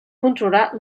controlar